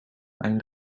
mijn